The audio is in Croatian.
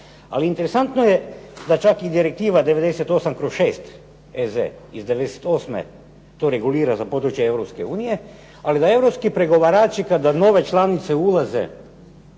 Ali interesantno je da čak i Direktiva 98/6 EZ iz '98. to regulira za područje Europske unije. Ali da europski pregovarači kada nove članice ulaze